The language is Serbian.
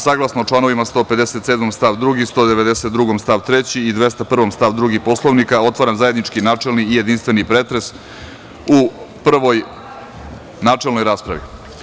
Saglasno članovima 157. stav 2, 192. stav 3. i 201. stav 2. Poslovnika, otvaram zajednički, načelni i jedinstveni pretres u prvoj načelnoj raspravi.